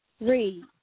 read